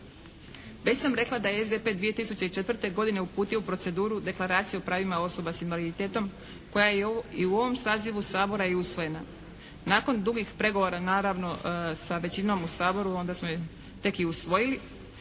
Već sam rekla da je SDP 2004. godine uputio u proceduru Deklaraciju o pravima osoba s invaliditetom koja je i u ovom sazivu Sabora i usvojena. Nakon dugih pregovora naravno sa većinom u Saboru, onda smo tek i usvojili,